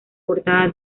portada